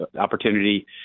Opportunity